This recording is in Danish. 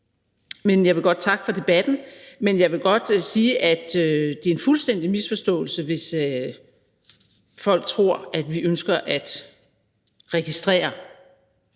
Men jeg vil godt takke for debatten, og jeg vil sige, at det er en fuldstændig misforståelse, hvis folk tror, at vi ønsker at registrere